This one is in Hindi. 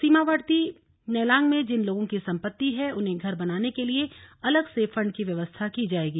सीमावर्ती नेलांग में जिन लोगों की संपत्ति है उन्हें घर बनाने के लिए अलग से फंड की व्यवस्था की जाएगी